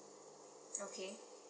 okay